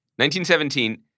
1917